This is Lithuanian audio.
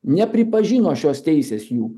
nepripažino šios teisės jų